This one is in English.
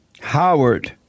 Howard